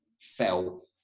felt